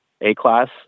A-class